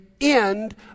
end